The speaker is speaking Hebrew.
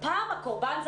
הפעם הקורבן זה